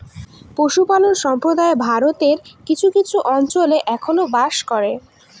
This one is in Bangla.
পশুপালক সম্প্রদায় ভারতের কিছু কিছু অঞ্চলে এখনো বাস করে